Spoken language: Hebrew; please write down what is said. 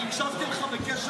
אני הקשבתי לך בקשב רב.